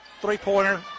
three-pointer